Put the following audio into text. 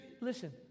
listen